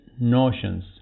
notions